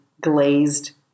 glazed